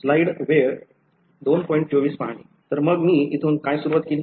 तर मग मी इथून काय सुरुवात केली